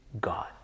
God